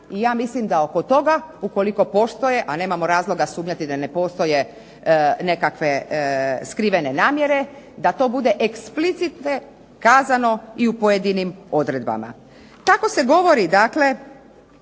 i ja mislim da oko toga, ukoliko postoje, a nemamo razloga sumnjati da ne postoje nekakve skrivene namjere, da to bude explicite kazano i u pojedinim odredbama. Tako se govori dakle